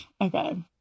okay